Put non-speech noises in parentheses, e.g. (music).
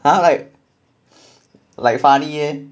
(noise) like funny eh